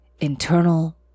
internal